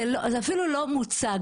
זה אפילו לא מוצג,